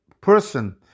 person